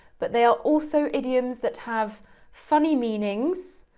but they are also idioms that have funny meanings,